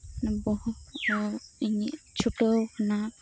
ᱵᱚᱦᱚᱛ ᱤᱧᱟᱹᱜ ᱪᱷᱩᱴᱟᱹᱣ ᱠᱟᱱᱟ